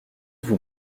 vous